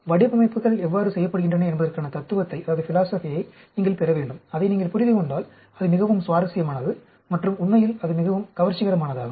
வடிவமைப்புகள் எவ்வாறு செய்யப்படுகின்றன என்பதற்கான தத்துவத்தை நீங்கள் பெற வேண்டும் அதை நீங்கள் புரிந்து கொண்டால் அது மிகவும் சுவாரஸ்யமானது மற்றும் உண்மையில் மிகவும் கவர்ச்சிகரமானதாகும்